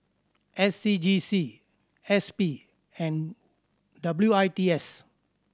S C G C S P and W I T S